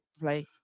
play